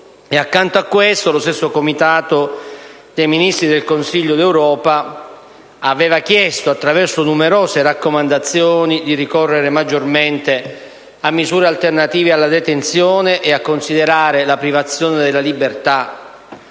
Accanto a questo, lo stesso Comitato dei Ministri del Consiglio d'Europa aveva chiesto, attraverso numerose raccomandazioni, di ricorrere maggiormente a misure alternative alla detenzione e di considerare la privazione della libertà